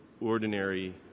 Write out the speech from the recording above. ordinary